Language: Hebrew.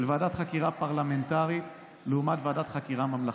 ועדת חקירה פרלמנטרית לעומת ועדת חקירה ממלכתית.